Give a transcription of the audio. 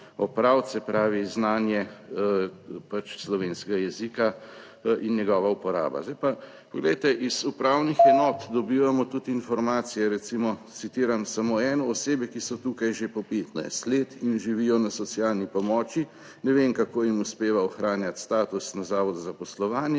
pravi, znanje pač slovenskega jezika in njegova uporaba. Zdaj pa poglejte, iz upravnih enot dobivamo tudi informacije, recimo, citiram: »Samo ene osebe, ki so tukaj že po 15 let in živijo na socialni pomoči, ne vem, kako jim uspeva ohranjati status na Zavodu za zaposlovanje,